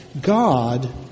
God